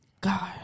God